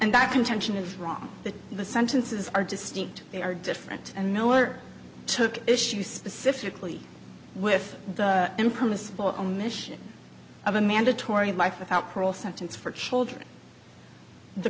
and that contention is wrong that the sentences are distinct they are different and no one or took issue specifically with the impermissible omission of a mandatory life without parole sentence for children the